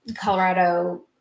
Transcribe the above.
Colorado